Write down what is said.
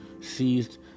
seized